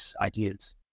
ideas